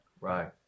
Right